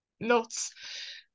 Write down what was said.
nuts